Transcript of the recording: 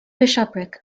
bishopric